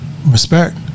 Respect